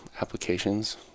applications